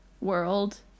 world